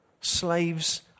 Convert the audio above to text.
Slaves